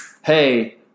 hey